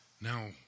Now